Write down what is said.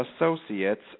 Associates